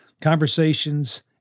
Conversations